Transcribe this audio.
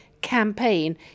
campaign